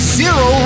zero